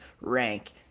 rank